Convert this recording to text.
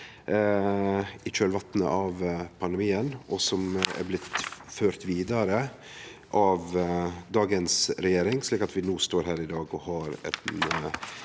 i kjølvatnet av pandemien, og somer blitt ført vidare av dagens regjering, slik at vi står her i dag og har ei